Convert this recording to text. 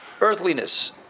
earthliness